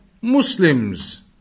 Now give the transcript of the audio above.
Muslims